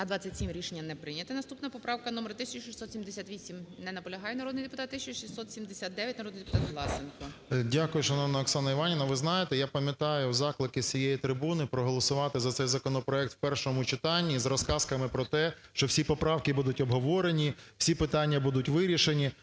За-27 Рішення не прийняте. Наступна поправка - номер 1678. Не наполягає народний депутат. 1679, народний депутат Власенко. 11:27:18 ВЛАСЕНКО С.В. Дякую, шановна Оксана Іванівна. Ви знаєте. Я пам'ятаю заклики з цієї трибуни проголосувати за цей законопроект в першому читанні із розказками про те, що всі поправки будуть обговорені, всі питання будуть вирішені.